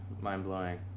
mind-blowing